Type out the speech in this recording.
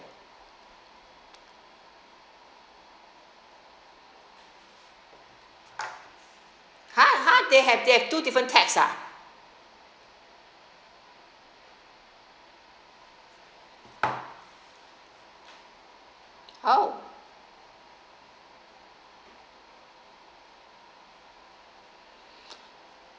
ha ha they have they have two different tax ah oh